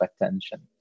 attention